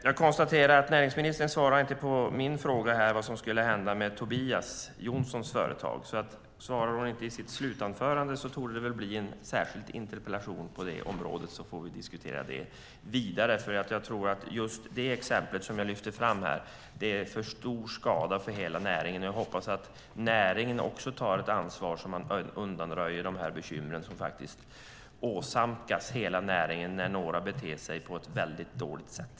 Jag konstaterar att näringsministern inte svarar på min fråga om vad som skulle hända med Tobias Jonssons företag. Om inte näringsministern svarar i sitt slutanförande torde det bli en särskild interpellation på detta område så att vi får diskutera det vidare. Jag tror att just det exempel som jag lyfte fram är till stor skada för hela näringen. Jag hoppas att också näringen tar ett ansvar så att man undanröjer de bekymmer som åsamkas hela näringen när några beter sig på ett dåligt sätt.